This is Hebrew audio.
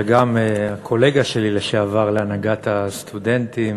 וגם הקולגה שלי לשעבר להנהגת הסטודנטים.